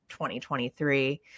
2023